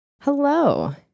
Hello